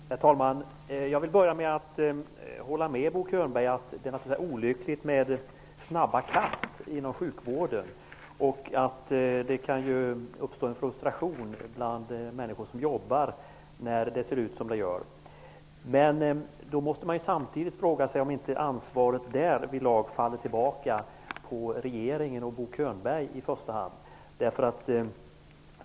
Herr talman! Jag vill börja med att hålla med Bo Könberg om att det är olyckligt med snabba kast inom sjukvården. Det kan uppstå en frustration hos de människor som arbetar inom sjukvården. Samtidigt måste man fråga sig om inte ansvaret därvidlag faller tillbaka på regeringen och Bo Könberg i första hand.